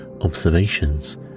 observations